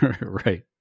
Right